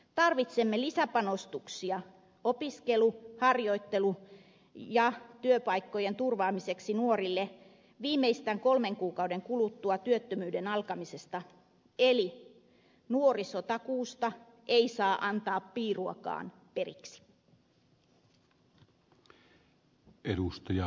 tarvitsemme lisäpanostuksia opiskelu harjoittelu ja työpaikkojen turvaamiseksi nuorille viimeistään kolmen kuukauden kuluttua työttömyyden alkamisesta eli nuorisotakuusta ei saa antaa piiruakaan periksi